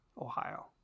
Ohio